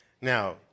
Now